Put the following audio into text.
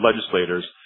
legislators